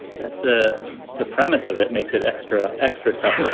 that's ah the premise of it. makes it extra extra tough to